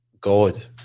God